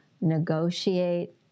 negotiate